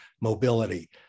mobility